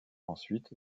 ensuite